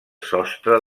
sostre